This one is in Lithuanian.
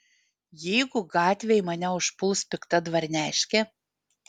jeigu gatvėj mane užpuls pikta dvarneškė